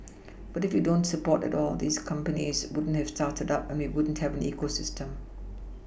but if you don't support at all these companies wouldn't have started up and we wouldn't have an ecosystem